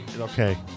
Okay